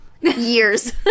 years